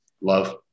Love